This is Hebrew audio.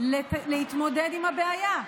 להתמודד עם הבעיה,